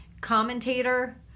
commentator